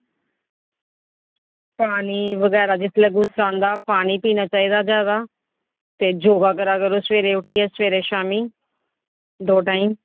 पानी बगैरा मतलब की गुस्सा आंदा जेल्लै पानी पीना चाहिदा ते योगा करा करो सबेरे उट्ठियै सबेरे शामीं दो टाईम